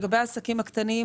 לגבי העסקים הקטנים